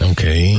Okay